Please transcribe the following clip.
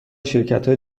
شرکتهای